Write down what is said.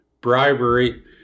bribery